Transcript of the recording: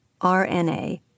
RNA